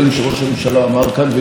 כי התפכחות,